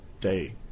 day –